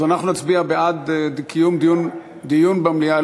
אז אנחנו נצביע בעד קיום דיון במליאה,